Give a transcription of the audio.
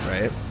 Right